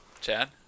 Chad